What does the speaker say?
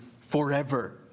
forever